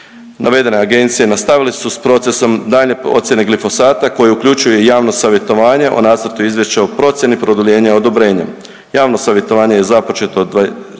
Navedene agencije nastavile su s procesom daljnje ocjene glifosata koji uključuje i javno savjetovanje o nacrtu izvješća o procjeni produljenja odobrenjem.